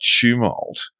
tumult